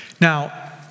Now